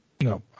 no